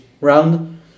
round